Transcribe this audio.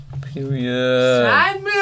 Period